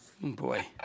boy